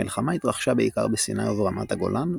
המלחמה התרחשה בעיקר בסיני וברמת הגולן,